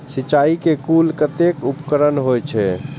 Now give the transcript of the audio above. सिंचाई के कुल कतेक उपकरण होई छै?